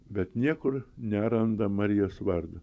bet niekur neranda marijos vardo